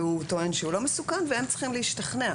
והוא טוען שהוא לא מסוכן והם צריכים להשתכנע.